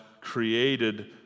created